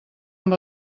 amb